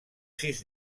sis